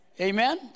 Amen